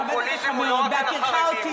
הפופוליזם הוא לא רק על החרדים,